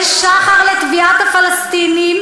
מה הפרשנות, אין שחר לתביעת הפלסטינים,